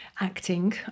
acting